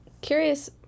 curious